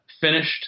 Finished